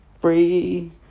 free